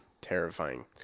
terrifying